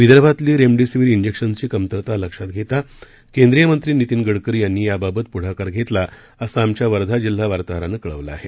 विदर्भातली रेमडेसिवीर इंजेक्शनची कमतरता लक्षात घेता केंद्रीय मंत्री नितीन गडकरी यांनी याबाबत प्ढाकार घेतला असं आमच्या वर्धा जिल्हा वार्ताहरानं कळवलं आहे